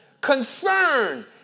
Concern